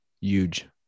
huge